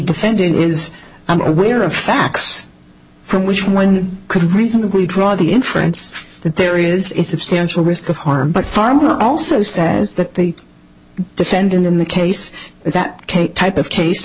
defendant is i'm aware of facts from which one could reasonably draw the inference that there is a substantial risk of harm but far more also says that the defendant in the case that kate type of case